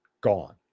gone